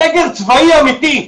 סגר צבאי אמיתי,